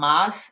Mas